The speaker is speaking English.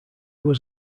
was